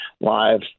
live